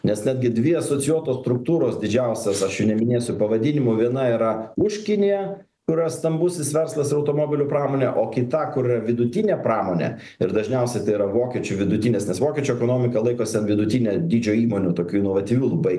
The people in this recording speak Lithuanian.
nes netgi dvi asocijuotos struktūros didžiausias aš jų neminėsiu pavadinimų viena yra už kiniją kurios stambusis verslas ir automobilių pramonė o kita kur yra vidutinė pramonė ir dažniausiai tai yra vokiečių vidutinės nes vokiečių ekonomika laikosi ant vidutinio dydžio įmonių tokių inovatyvių labai